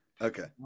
Okay